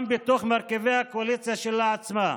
גם בתוך מרכיבי הקואליציה שלה עצמה,